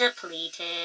depleted